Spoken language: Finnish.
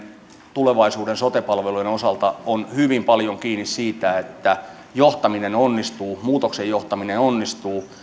tulevaisuuden sote palvelujen osalta on hyvin paljon kiinni siitä että johtaminen onnistuu muutoksen johtaminen onnistuu